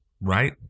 right